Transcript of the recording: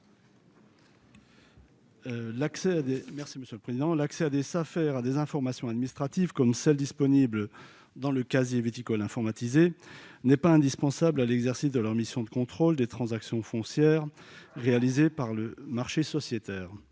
L'accès des Safer à des informations administratives comme celles qui figurent dans le casier viticole informatisé n'est pas indispensable à l'exercice de leur mission de contrôle des transactions foncières réalisées par le marché sociétaire.